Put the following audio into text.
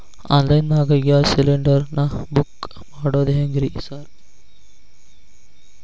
Online ನಾಗ gas cylinder ನಾ book ಮಾಡೋದ್ ಹೆಂಗ್ರಿ ಸಾರ್?